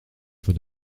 feu